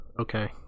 okay